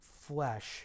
flesh